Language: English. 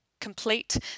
complete